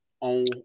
on